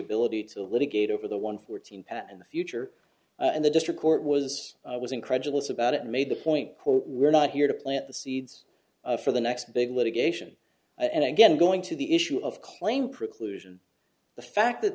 ability to litigate over the one fourteen pat in the future and the district court was was incredulous about it made the point we're not here to plant the seeds for the next big litigation and again going to the issue of claim preclusion the fact that